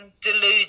deluded